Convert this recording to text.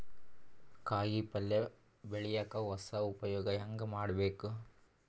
ಕಾಯಿ ಪಲ್ಯ ಬೆಳಿಯಕ ಹೊಸ ಉಪಯೊಗ ಹೆಂಗ ಮಾಡಬೇಕು?